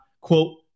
quote